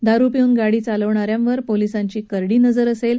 दारू पिऊन गाडी चालवणाऱ्यांवर पोलिसांची करडी नजर असणार आहे